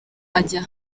ajya